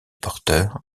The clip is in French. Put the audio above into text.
porter